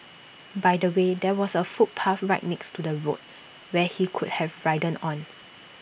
by the way there was A footpath right next to the road where he could have ridden on